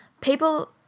people